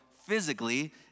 physically